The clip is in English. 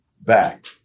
back